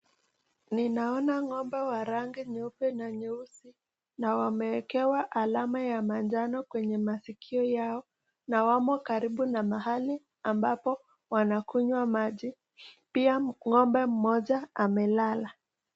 Ninaona ng'ombe wa rangi nyeupe na nyeusi, na wameekewa alama ya manjano kwenye masikio yao na wamo karibu na mahali ambapo wanakunywa maji, pia ng'ombe mmoja amelala.